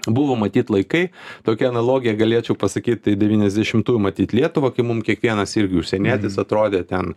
buvo matyt laikai tokia analogija galėčiau pasakyti devyniasdešimtųjų matyt lietuvą kai mum kiekvienas irgi užsienietis atrodė ten